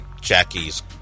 Jackie's